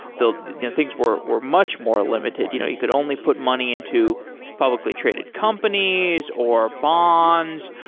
though things were were much more limited, you know you could only put money into publicly traded companies, or bonds,